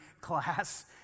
class